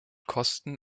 kosten